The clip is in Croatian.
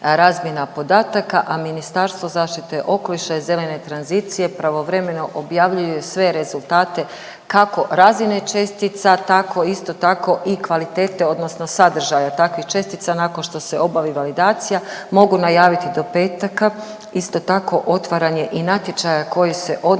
a Ministarstvo zaštite okoliša i zelene tranzicije pravovremeno objavljuju sve rezultate kako razine čestica tako isto tako i kvalitete odnosno sadržaja takvih čestica nakon što se obavi validacija mogu najaviti do petka. Isto tako otvaranje i natječaja koji se odnosi